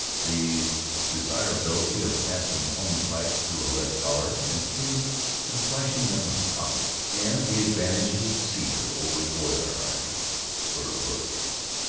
the desirability of passing plumbing pipes through a lead collar and sleeve and flashing them with copper, and the advantages of cedar over boiler-iron for roof-tanks.